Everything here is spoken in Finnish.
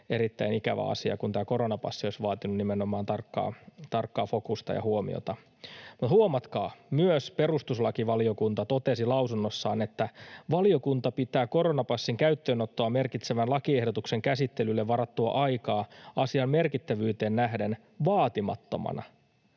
erittäin ikävä asia, kun tämä koronapassi olisi vaatinut nimenomaan tarkkaa fokusta ja huomiota. Mutta huomatkaa, että myös perustuslakivaliokunta totesi lausunnossaan: ”Valiokunta pitää koronapassin käyttöönottoa merkitsevän lakiehdotuksen käsittelylle varattua aikaa asian merkittävyyteen nähden vaatimattomana.